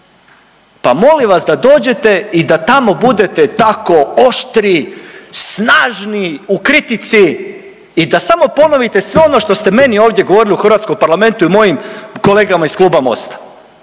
pa molim vas da dođete i da tamo budete tako oštri, snažni u kritici i da samo ponovite sve ono što ste meni ovdje govorili u hrvatskom parlamentu i mojim kolegama iz Kluba Mosta,